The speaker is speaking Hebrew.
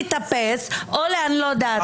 הם חושבים שהם באים לשחק וליהנות קצת,